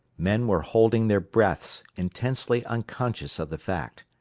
men were holding their breaths, intensely unconscious of the fact.